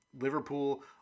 Liverpool